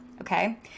Okay